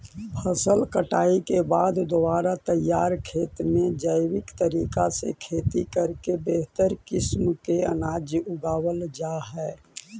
फसल कटाई के बाद दोबारा तैयार खेत में जैविक तरीका से खेती करके बेहतर किस्म के अनाज उगावल जा हइ